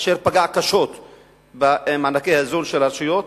אשר פגע קשות במענקי האיזון של הרשויות,